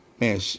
Man